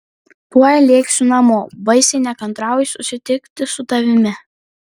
tuoj lėksiu namo baisiai nekantrauju susitikti su tavimi